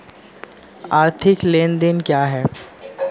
आर्थिक लेनदेन क्या है?